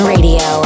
Radio